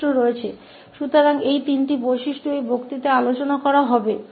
तो इस व्याख्यान में इन तीन गुणों पर चर्चा की जाएगी